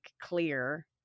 clear